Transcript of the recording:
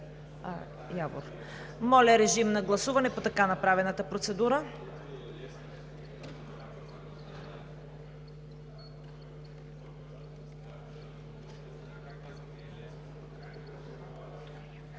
Моля, режим на гласуване по направената процедура.